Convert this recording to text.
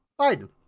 Biden